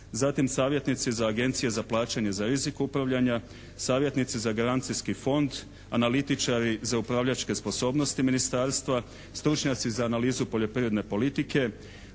zatim savjetnici za agencije za plaćanje za rizik upravljanja, savjetnici za garancijski fond, analitičari za upravljačke sposobnosti ministarstva, stručnjaci za analizu poljoprivredne politike,